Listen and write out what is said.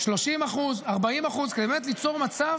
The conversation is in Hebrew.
30%, 40%, כדי באמת ליצור מצב